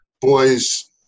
boys